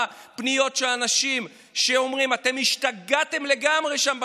בפניות של אנשים שאומרים: אתם השתגעתם לגמרי שם בכנסת.